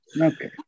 Okay